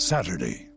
Saturday